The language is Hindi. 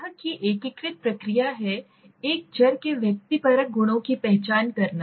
यह की एकीकृत प्रक्रिया है एक चर के व्यक्तिपरक गुणों की पहचान करना